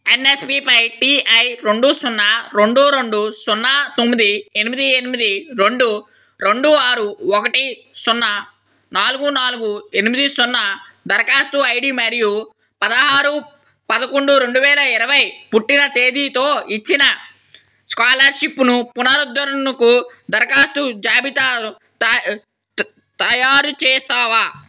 ఎన్ఎస్పిపై టిఐ రెండు సున్నా రెండు రెండు సున్నా తొమ్మిది ఎనిమిది ఎనిమిది రెండు రెండు ఆరు ఒకటి సున్నా నాలుగు నాలుగు ఎనిమిది సున్నా దరఖాస్తు ఐడి మరియు పదహారు పదకొండు రెండు వేల ఇరవై పుట్టిన తేదీతో ఇచ్చిన స్కాలర్షిప్ను పునరుద్ధరణకు దరఖాస్తు జాబితా తయారుచేస్తావా